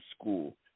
school